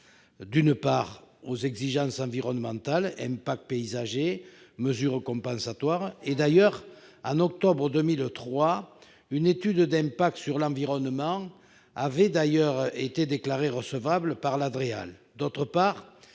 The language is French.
d'une part, aux exigences environnementales, impact paysager, mesures compensatoires- en octobre 2003, d'ailleurs, une étude d'impact sur l'environnement avait été déclarée recevable par la DREAL,